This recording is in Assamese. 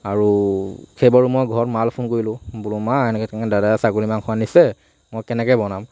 আৰু সেইবাৰো মই ঘৰত মালৈ ফোন কৰিলোঁ বোলো মা এনেকে তেনেকে দাদাই ছাগলী মাংস আনিছে মই কেনেক বনাম